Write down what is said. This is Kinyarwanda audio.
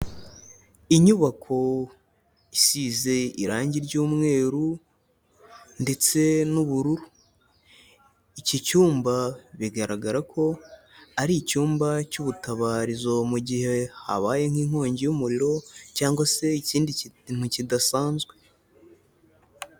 Inyubako isize irangi ry'umweru, ndetse n'ubururu, iki cyumba bigaragara ko ari icyumba cyubutabarizo, mu mugihe habaye nk'inkongi y'umuriro cyangwa se ikindi kintu kidasanzwe.